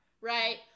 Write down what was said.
right